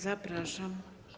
Zapraszam.